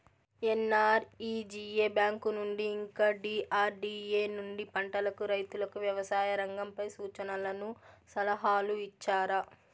NREGA bank నుండి ఇంకా DRDA నుండి పంటలకు రైతుకు వ్యవసాయ రంగంపై సూచనలను సలహాలు ఇచ్చారా